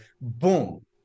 boom